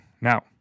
Now